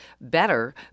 better